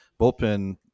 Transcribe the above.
bullpen